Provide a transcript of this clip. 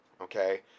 okay